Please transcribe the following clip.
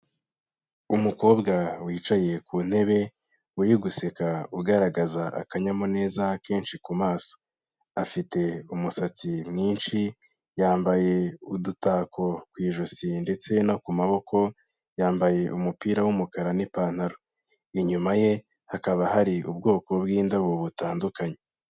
Umukobwa wicaye ku ntebe uri guseka ugaragaza akanyamuneza kenshi ku maso, afite umusatsi mwinshi, yambaye udutako ku ijosi ndetse no ku maboko yambaye umupira w'umukara n'ipantaro. Inyuma ye hakaba hari ubwoko bw'indabo butandukanye.